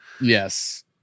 Yes